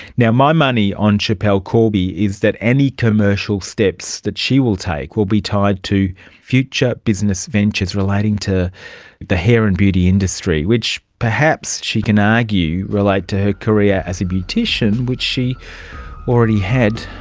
yeah my money on schapelle corby is that any commercial steps that she will take will be tied to future business ventures relating to the hair and beauty industry, which perhaps, she can argue, relate to her career as beautician which she already had